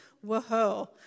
whoa